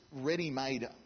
ready-made